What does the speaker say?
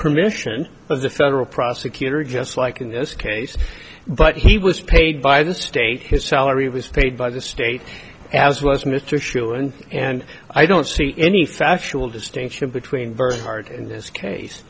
permission of the federal prosecutor just like in this case but he was paid by the state his salary was paid by the state as was mr issue and and i don't see any factual distinction between virgie hard in this case